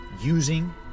using